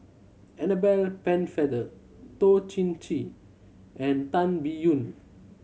Annabel Pennefather Toh Chin Chye and Tan Biyun